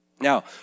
Now